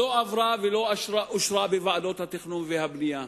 לא עברה ולא אושרה בוועדות התכנון והבנייה.